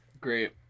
Great